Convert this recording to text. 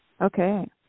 Okay